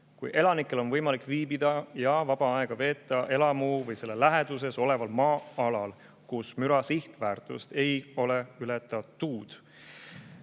kui elanikel on võimalik viibida ja vaba aega veeta elamu või selle läheduses oleval maa-alal, kus müra sihtväärtust ei ole ületatud.